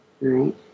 right